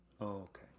okay